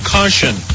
Caution